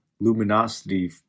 luminosity